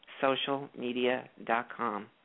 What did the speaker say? socialmedia.com